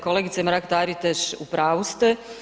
Kolegice Mrak-Taritaš, u pravu ste.